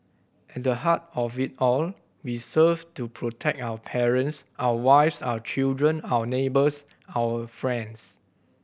at the heart of it all we serve to protect our parents our wives our children our neighbours our friends